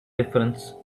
difference